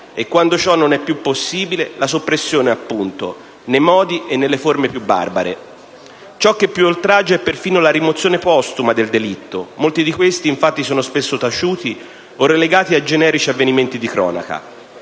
e, quando ciò non è più possibile, la soppressione appunto, nei modi e nelle forme più barbare. Ciò che più oltraggia è perfino la rimozione postuma del delitto: molti di questi infatti sono spesso taciuti o relegati a generici avvenimenti di cronaca.